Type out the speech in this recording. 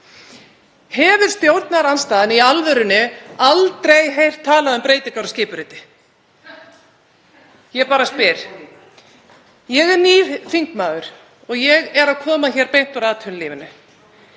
Hefur stjórnarandstaðan í alvörunni aldrei heyrt talað um breytingar á skipuriti? Ég bara spyr. Ég er nýr þingmaður og ég er að koma beint úr atvinnulífinu.